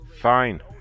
Fine